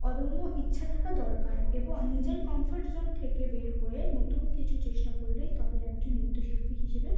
অদম্য ইচ্ছা থাকা দরকার এবং নিজের কমফর্ট জোন থেকে বের হয়ে নতুন কিছু চেষ্টা করলেই তবে একজন নৃত্যশিল্পী হিসেবে